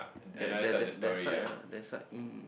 that that that that side ah that side mm